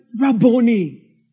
Rabboni